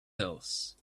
else